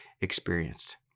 experienced